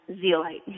zeolite